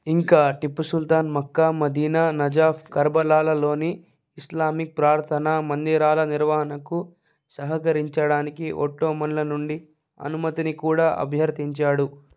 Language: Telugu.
ఇంకా Tipu Sultan Mecca Medina Najaf కర్బలాలలోని ఇస్లామిక్ ప్రార్థనా మందిరాల నిర్వహణకు సహకరించడానికి ఒట్టోమన్ల నుండి అనుమతిని కూడా అభ్యర్థించాడు